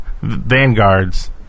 vanguards